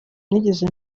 nigeze